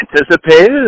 anticipated